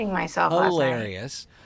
hilarious